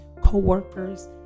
co-workers